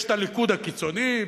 יש הליכוד הקיצוני,